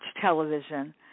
television